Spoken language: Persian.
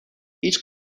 هیچ